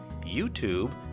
YouTube